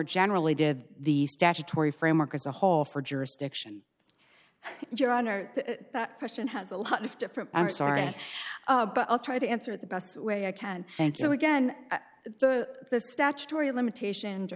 generally did the statutory framework as a whole for jurisdiction your honor that question has a lot of different i'm sorry but i'll try to answer the best way i can and so again the statutory limitations are